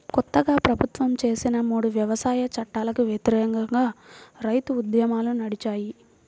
కొత్తగా ప్రభుత్వం చేసిన మూడు వ్యవసాయ చట్టాలకు వ్యతిరేకంగా రైతు ఉద్యమాలు నడిచాయి